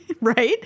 Right